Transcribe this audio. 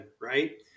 right